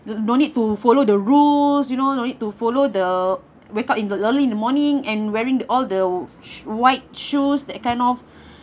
don't need to follow the rules you know no need to follow the wake up in the early in the morning and wearing all white shoes that kind of